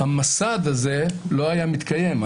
המסד הזה לא היה מתקיים.